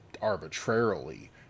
arbitrarily